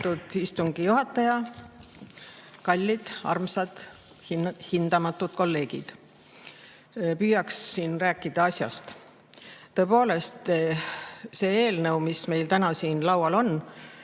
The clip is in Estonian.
istungi juhataja! Kallid armsad hindamatud kolleegid! Püüaksin rääkida asjast. Tõepoolest, see eelnõu, mis meil täna siin laual on,